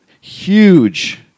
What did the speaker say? huge